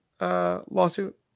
lawsuit